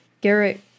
Garrett